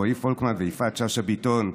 רועי פולקמן ויפעת שאשא ביטון.